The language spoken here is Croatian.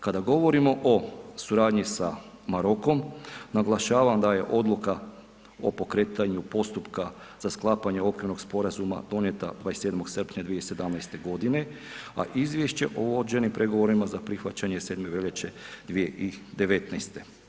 Kada govorimo o suradnji sa Marokom, naglašavam da je odluka o pokretanju postupka za sklapanje okvirnog sporazuma donijeta 27. srpnja 2017. godine a izvješće o vođenim pregovorima za prihvaćanje 7. veljače 2019.